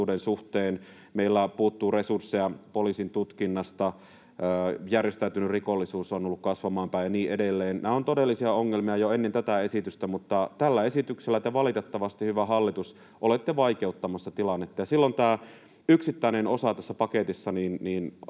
suhteen, meillä puuttuu resursseja poliisin tutkinnasta, järjestäytynyt rikollisuus on ollut kasvamaan päin ja niin edelleen. Nämä ovat todellisia ongelmia jo ennen tätä esitystä, mutta tällä esityksellä te valitettavasti, hyvä hallitus, olette vaikeuttamassa tilannetta, ja silloin harkitsisin, että tätä yksittäistä osaa tässä paketissa